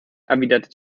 erwidert